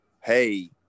Hey